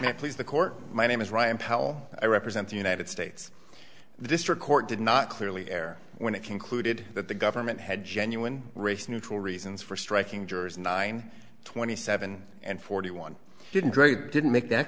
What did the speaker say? please the court my name is ryan powell i represent the united states district court did not clearly air when it concluded that the government had genuine race neutral reasons for striking jurors nine twenty seven and forty one didn't grade didn't make that